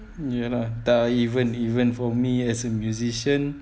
ya lah tak even even for me as a musician